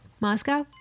Moscow